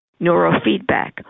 neurofeedback